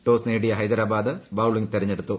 toss നേടിയ Hyderabad bowling തെരഞ്ഞെടുത്തു